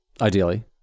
Ideally